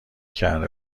کرده